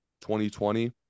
2020